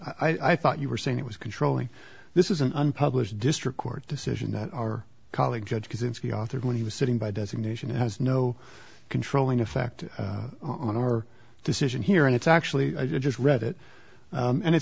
i thought you were saying it was controlling this is an unpublished district court decision that our colleague judge kozinski authored when he was sitting by designation it has no controlling effect on our decision here and it's actually i just read it and it's